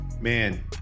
man